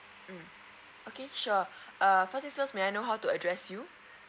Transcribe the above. mm okay sure err first thing first may I know how to address you